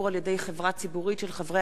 הצעתם של חברי הכנסת חיים אמסלם,